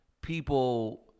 people